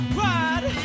ride